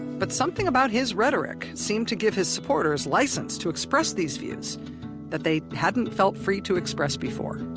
but something about his rhetoric seemed to give his supporters license to express these views that they hadn't felt free to express before